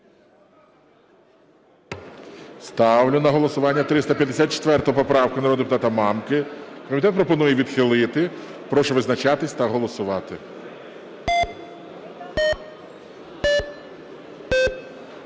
Ставлю на голосування 354 поправку народного депутата Мамки. Комітет пропонує відхилити. Прошу визначатись та голосувати.